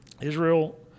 Israel